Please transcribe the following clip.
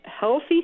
Healthy